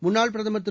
முன்னாள் பிரதமர் திரு